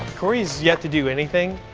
cory's yet to do anything.